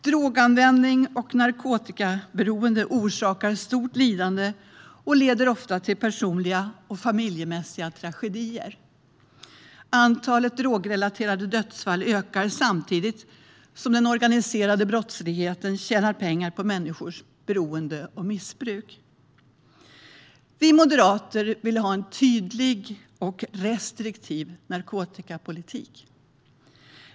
Droganvändning och narkotikaberoende orsakar stort lidande och leder ofta till personliga och familjemässiga tragedier. Antalet drogrelaterade dödsfall ökar samtidigt som den organiserade brottsligheten tjänar pengar på människors beroende och missbruk. Vi moderater vill ha en tydlig och restriktiv narkotikapolitik.